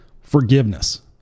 forgiveness